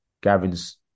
Gavin's